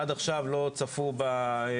עד עכשיו לא צפו במצלמות.